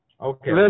Okay